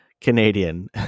Canadian